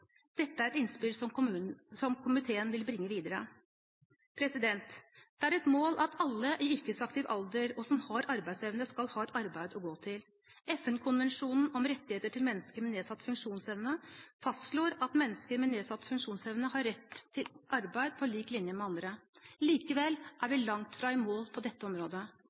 Dette er et innspill komiteen vil bringe videre. Det er et mål at alle i yrkesaktiv alder som har arbeidsevne, skal ha et arbeid å gå til. FN-konvensjonen om rettighetene til mennesker med nedsatt funksjonsevne fastslår at mennesker med nedsatt funksjonsevne har rett til arbeid på lik linje med andre. Likevel er vi langt fra i mål på dette området.